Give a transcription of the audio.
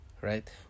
right